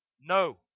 no